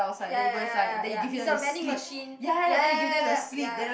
ya ya ya ya ya it's a vending machine ya ya ya ya ya ya